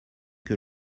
que